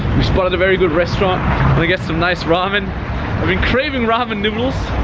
we spotted a very good restaurant and get some nice ramen. i've been craving ramen noodles,